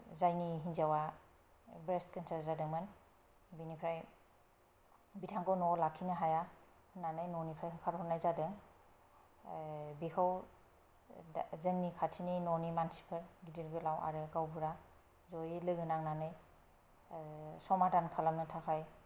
जायनि हिनजावा breast cancer जादोंमोन बिनिफ्राय बिथांखौ न'आव लाखिनो हाया होननानै न'निफ्राय होखारहरनाय जादों बेखौ जोंनि खाथिनि न'नि मानसिफोर गिदिर गोलाव आरो गावबुरा जयै लोगो नांनानै समाधान खालामनो थाखाय